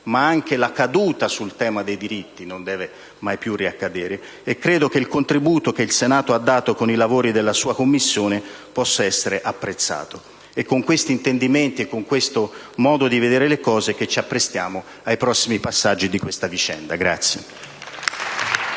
ma anche una caduta sul tema dei diritti non deve mai più accadere. Credo dunque che il contributo offerto dal Senato con i lavori della sua Commissione possa essere apprezzato. Con questi intendimenti e questo modo di vedere le cose ci apprestiamo dunque ai prossimi passaggi di questa vicenda.